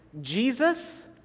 jesus